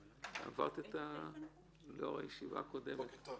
שיעור הפחתת הריבית בתיק שבו כמה חייבים 69ב8. בתיק שבו כמה חייבים,